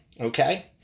okay